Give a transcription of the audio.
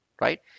right